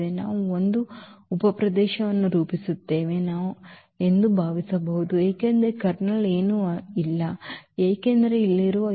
ನಾವು ಒಂದು ಉಪಪ್ರದೇಶವನ್ನು ರೂಪಿಸುತ್ತೇವೆ ಎಂದು ನಾವು ಭಾವಿಸಬಹುದು ಏಕೆಂದರೆ ಕರ್ನಲ್ ಏನೂ ಇಲ್ಲ ಏಕೆಂದರೆ ಇಲ್ಲಿರುವ ಎಲ್ಲ ಅಂಶಗಳು 0